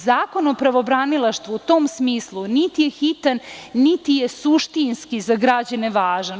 Zakon o pravobranilaštvu u tom smislu niti je hitan, niti je suštinski za građane važan.